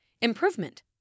Improvement